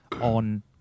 on